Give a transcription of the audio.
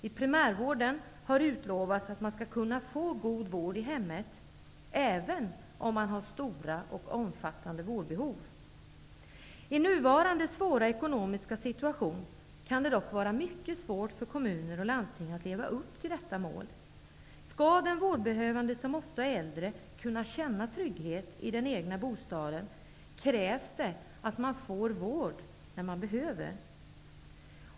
Det har utlovats att man inom primärvården skall kunna få god vård i hemmet, även om man har stora och omfattande vårdbehov. I den nuvarande svåra ekonomiska situationen kan det dock vara mycket svårt för kommuner och landsting att leva upp till detta mål. Om den vårdbehövande, som ofta är äldre, skall kunna känna trygghet i den egna bostaden, krävs det att denne får vård när det behövs.